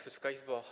Wysoka Izbo!